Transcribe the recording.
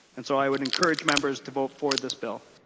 and so i would encourage members to vote for this bill.